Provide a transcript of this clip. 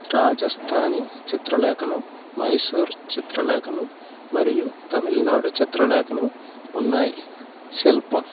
రాజస్థానీ చిత్రలేఖనం మైసూర్ చిత్రలేఖనం మరియు తమిళనాడు చిత్రలేఖనం ఉన్నాయి శిల్పం